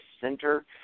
center